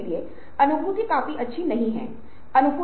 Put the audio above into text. इसी तरह कई परिणाम कई होंगे